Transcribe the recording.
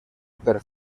per